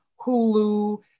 Hulu